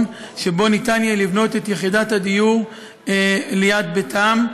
שבו ניתן יהיה לבנות את יחידת הדיור ליד ביתם.